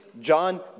John